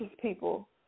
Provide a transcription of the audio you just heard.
people